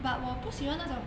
but 我不喜欢那种